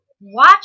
watch